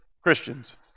Christians